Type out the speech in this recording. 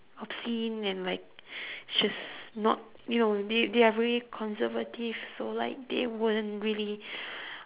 obscene and like it's just not you know they they are really conservative so like they wouldn't really